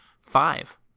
five